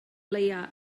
leiaf